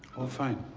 oh, fine.